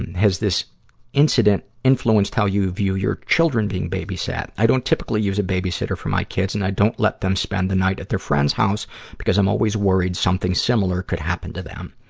has this incident influenced how you view your children being babysat? i don't typically use a babysitter for my kids, and i don't let them spend the night at their friend's house because i'm always worried something similar could happen to them.